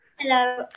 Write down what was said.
Hello